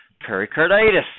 pericarditis